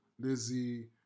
Lizzie